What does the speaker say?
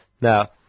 Now